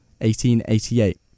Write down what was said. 1888